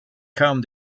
kam